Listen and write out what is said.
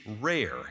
rare